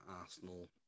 Arsenal